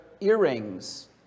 earrings